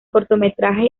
cortometraje